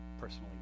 personally